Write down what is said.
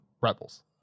rebels